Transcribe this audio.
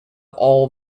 all